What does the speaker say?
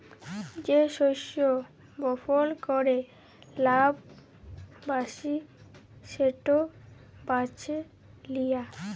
যে শস্য বপল ক্যরে লাভ ব্যাশি সেট বাছে লিয়া